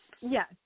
Yes